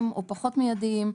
מיידיים, או פחות מיידיים,